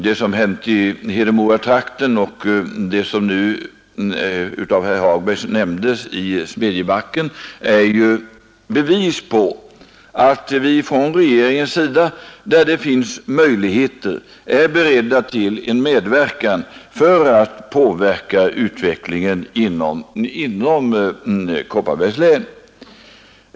Det som hänt i Hedemoratrakten och det som nu av herr Hagberg nämndes beträffande Smedjebacken är ju bevis på att vi på regeringshåll där det finns möjligheter är beredda att medverka för att påverka utvecklingen inom Kopparbergs län.